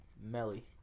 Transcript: Melly